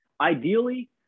ideally